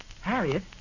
Harriet